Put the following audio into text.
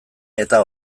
eta